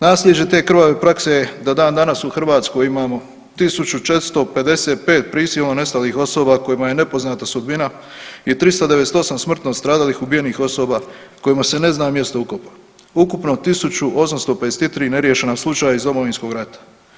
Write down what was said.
Nasljeđe te krvave prakse do dan danas u Hrvatskoj imamo tisuću 455 prisilno nestalih osoba kojima je nepoznata sudbina i 398 smrtno stradalih ubijenih osoba kojima se ne zna mjesto ukopa, ukupno tisuću 853 neriješena slučaja iz Domovinskog rata.